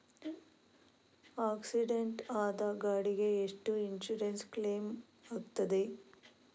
Accident ಆದ ಗಾಡಿಗೆ ಎಷ್ಟು ಇನ್ಸೂರೆನ್ಸ್ ಕ್ಲೇಮ್ ಆಗ್ತದೆ?